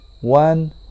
One